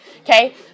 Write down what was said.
Okay